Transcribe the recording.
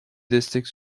destek